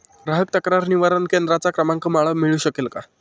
ग्राहक तक्रार निवारण केंद्राचा क्रमांक मला मिळू शकेल का?